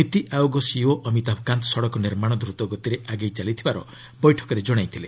ନୀତି ଆୟୋଗ ସିଇଓ ଅମିତାଭ କାନ୍ତ୍ ସଡ଼କ ନିର୍ମାଣ ଦ୍ରତ ଗତିରେ ଆଗେଇ ଚାଲିଥିବାର ବୈଠକରେ ଜଣାଇଥିଲେ